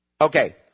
Okay